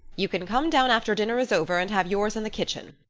you can come down after dinner is over and have yours in the kitchen.